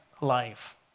life